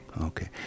Okay